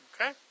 Okay